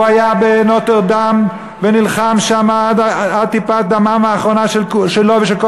הוא היה בנוטרדאם ונלחם שם עד טיפת הדם האחרונה שלו ושל כל